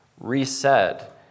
Reset